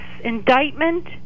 indictment